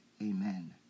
amen